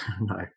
no